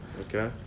Okay